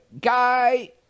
guy